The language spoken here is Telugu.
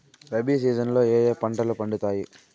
రబి సీజన్ లో ఏ ఏ పంటలు పండుతాయి